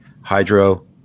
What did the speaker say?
hydro